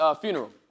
funeral